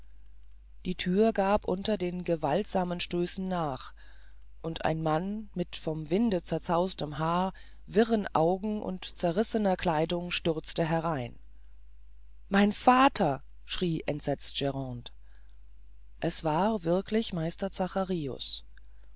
die thüre gab unter den gewaltsamen stößen nach und ein mann mit vom winde zerzaustem haar wirrem auge und zerrissener kleidung stürzte herein mein vater schrie entsetzt grande es war wirklich meister zacharius